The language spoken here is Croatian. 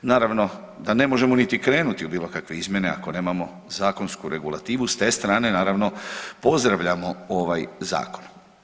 Naravno da ne možemo niti krenuti u bilo kakve izmjene ako nemamo zakonsku regulativu i s te strane naravno pozdravljamo ovaj zakon.